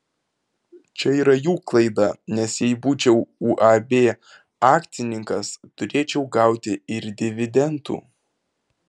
čia yra jų klaida nes jei būčiau uab akcininkas turėčiau gauti ir dividendų